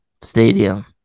stadium